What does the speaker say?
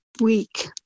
week